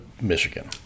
Michigan